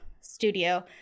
studio